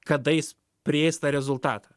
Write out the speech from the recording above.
kada jis prieis tą rezultatą